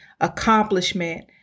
accomplishment